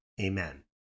Amen